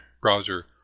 browser